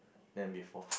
than before